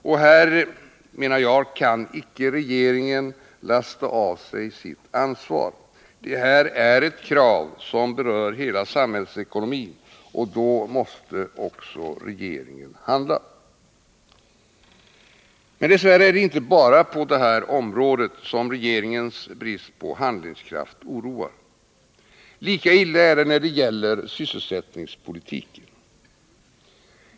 Och här kan icke regeringen lasta av sig sitt ansvar. Det här är ett krav som berör hela samhällsekonomin, och då måste också regeringen handla! Dess värre är det inte bara på det här området som regeringens brist på handlingskraft oroar. Lika illa är det när det gäller sysselsättningspolitiken.